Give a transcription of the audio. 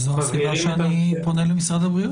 זו הסיבה שאני פונה למשרד הבריאות.